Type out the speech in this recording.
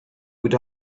would